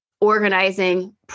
organizing